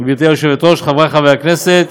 גברתי היושבת-ראש, חברי חברי הכנסת,